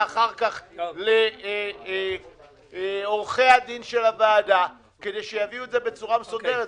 אחר כך לעורכי הדין של הוועדה כדי שיביאו את זה בצורה מסודרת,